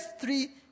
three